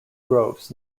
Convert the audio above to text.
groves